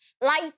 life